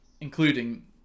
including